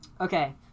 Okay